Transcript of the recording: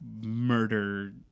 murder